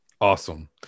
Awesome